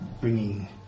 bringing